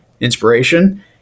inspiration